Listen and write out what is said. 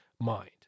mind